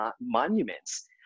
monuments